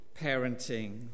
parenting